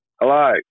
Hello